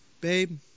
Babe